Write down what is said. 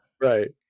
right